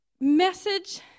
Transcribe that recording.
Message